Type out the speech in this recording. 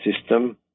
system